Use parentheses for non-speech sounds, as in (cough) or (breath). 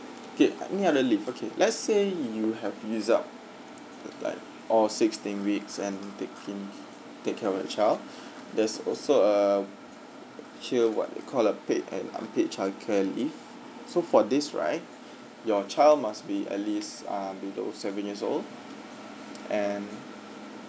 okay any other leave okay let's say you have used up f~ like all sixteen weeks and taking take care of your child (breath) there's also a here what you call a paid and unpaid childcare leave so for this right your child must be at least ah below seven years old and